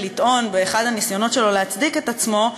לטעון באחד הניסיונות שלו להצדיק את עצמו,